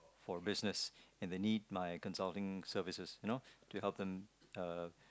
for business and they need my consulting services you know to help them uh